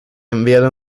enviado